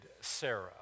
Sarah